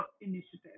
initiative